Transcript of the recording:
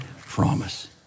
promise